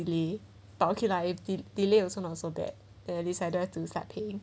but okay lah if de~ delay also not so bad then I decided to start paying